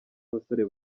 basore